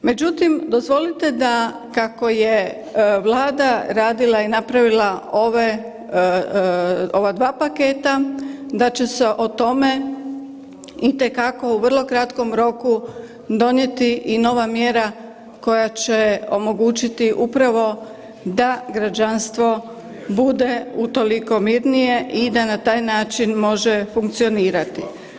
Međutim, dozvolite da kako je Vlada radila i napravila ove, ova dva paketa da će se o tome itekako u vrlo kratkom roku donijeti i nova mjera koja će omogućiti upravo da građanstvo bude utoliko mirnije i da na taj način može funkcionirati.